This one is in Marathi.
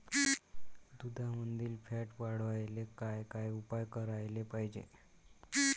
दुधामंदील फॅट वाढवायले काय काय उपाय करायले पाहिजे?